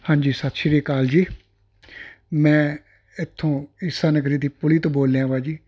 ਹਾਂਜੀ ਸਤਿ ਸ਼੍ਰੀ ਅਕਾਲ ਜੀ ਮੈਂ ਇੱਥੋਂ ਈਸਾ ਨਗਰੀ ਦੀ ਪੁਲੀ ਤੋਂ ਬੋਲਿਆ ਵਾ ਜੀ